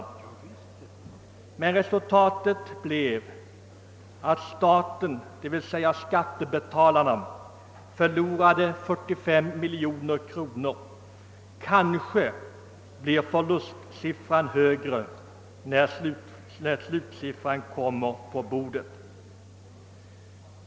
Resultatet blev i stället att staten — d.v.s. skattebetalarna — förlorade 45 miljoner kronor. Kanske visar sig förlusten vara högre när slutsiffrorna läggs på bordet.